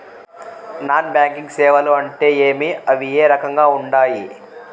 non banking సేవలు అంటే ఏమి అవి ఏ రకంగా ఉండాయి